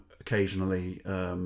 occasionally